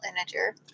integer